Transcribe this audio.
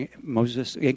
Moses